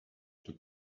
took